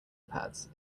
pads